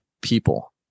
people